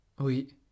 Oui